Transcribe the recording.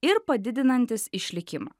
ir padidinantis išlikimą